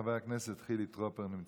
חבר הכנסת חילי טרופר, נמצא?